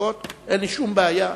אין לי שום בעיה.